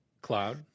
Cloud